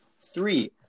three